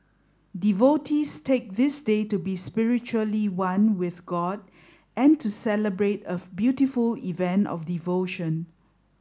devotees take this day to be spiritually one with god and to celebrate a beautiful event of devotion